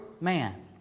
man